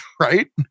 Right